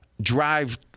drive